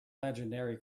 legendary